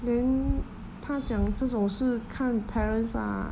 then 他讲这种是看 parents lah